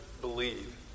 believe